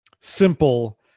simple